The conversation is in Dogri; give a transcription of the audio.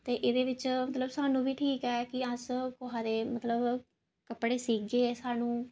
इ'दे बिच्च सानूं बी ठीक ऐ कि अस कुसै दे मतलब कपड़े सीगे